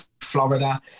Florida